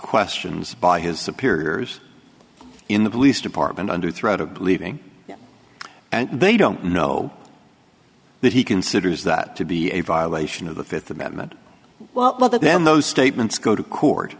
questions by his superiors in the police department under threat of believing and they don't know that he considers that to be a violation of the fifth amendment well then those statements go to court